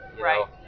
Right